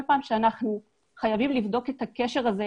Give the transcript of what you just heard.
כל פעם שאנחנו חייבים לבדוק את הקשר הזה,